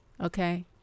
okay